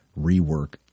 rework